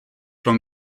from